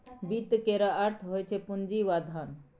वित्त केर अर्थ होइ छै पुंजी वा धन